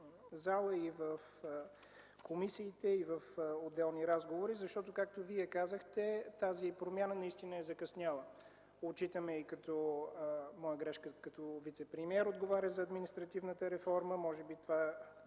и в комисиите, и в отделни разговори. Както Вие казахте, тази промяна наистина е закъсняла, отчитам го и като своя грешка като вицепремиер, отговарящ за административната реформа. Може би това